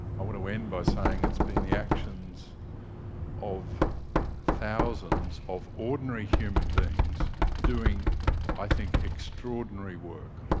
i want to end by saying it's been the actions of thousands of ordinary human beings doing i think extraordinary work,